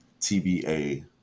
TBA